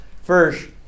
First